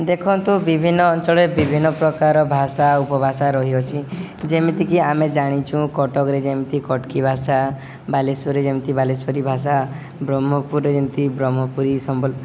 ଦେଖନ୍ତୁ ବିଭିନ୍ନ ଅଞ୍ଚଳରେ ବିଭିନ୍ନ ପ୍ରକାର ଭାଷା ଉପଭାଷା ରହିଅଛି ଯେମିତିକି ଆମେ ଜାଣିଚୁଁ କଟକରେ ଯେମିତି କଟକି ଭାଷା ବାଲେଶ୍ୱରରେ ଯେମିତି ବାଲେଶ୍ୱରୀ ଭାଷା ବ୍ରହ୍ମପୁରରେ ଯେମିତି ବ୍ରହ୍ମପୁରୀ ସମ୍ବଲ